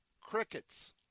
Crickets